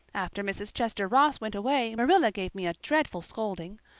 after mrs. chester ross went away, marilla gave me a dreadful scolding.